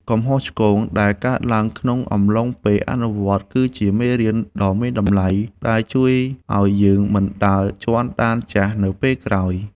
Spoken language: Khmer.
កំហុសឆ្គងដែលកើតឡើងក្នុងអំឡុងពេលអនុវត្តគឺជាមេរៀនដ៏មានតម្លៃ ដែលជួយឱ្យយើងមិនដើរជាន់ដានចាស់នៅពេលក្រោយ។